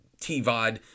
t-vod